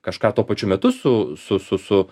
kažką tuo pačiu metu su su su su